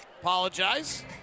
apologize